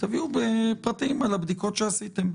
תביאו פרטים על הבדיקות שעשיתם.